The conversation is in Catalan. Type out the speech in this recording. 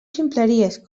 ximpleries